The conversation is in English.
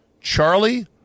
Charlie